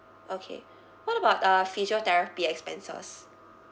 okay what about uh physiotherapy expenses